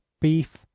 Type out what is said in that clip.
beef